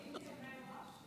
הם סובלים מכאבי ראש.